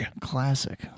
Classic